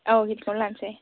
औ हिलखौनो लानसै